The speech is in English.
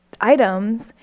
items